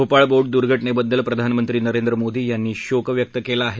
Bhopal boat दुर्घटनेबद्दल प्रधानमंत्री नरेंद्र मोदी यांनी शोक व्यक्त केला आहे